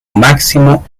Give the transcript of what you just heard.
máximo